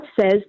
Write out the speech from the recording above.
says